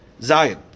Zion